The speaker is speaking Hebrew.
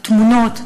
התמונות,